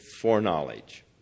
foreknowledge